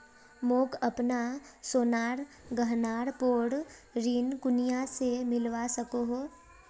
मोक अपना सोनार गहनार पोर ऋण कुनियाँ से मिलवा सको हो?